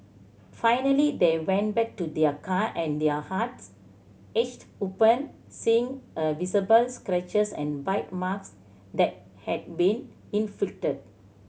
finally they went back to their car and their hearts ached open seeing the visible scratches and bite marks that had been inflicted